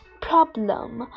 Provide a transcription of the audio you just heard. problem